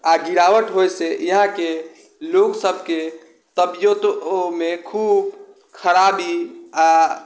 आओर गिरावट होइसँ यहाँके लोकसबके तबियतोमे खूब खराबी आओर